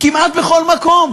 כמעט בכל מקום.